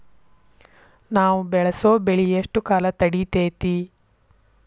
ನಾವು ಬೆಳಸೋ ಬೆಳಿ ಎಷ್ಟು ಕಾಲ ತಡೇತೇತಿ?